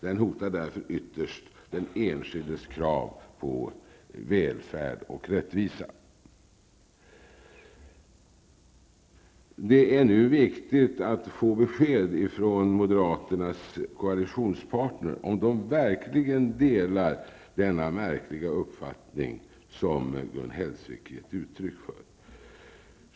De hotar därför ytterst den enskildes krav på välfärd och rättvisa. Det är nu viktigt att få besked ifrån moderaternas koalitionspartner om de verkligen delar denna mycket märkliga uppfattning som Gun Hellsvik givit uttryck för.